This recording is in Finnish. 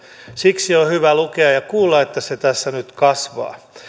siksi on on hyvä lukea ja kuulla että se tässä nyt kasvaa